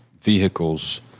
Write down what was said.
vehicles